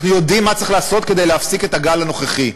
אנחנו יודעים מה צריך לעשות כדי להפסיק את הגל הנוכחי,